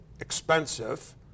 expensive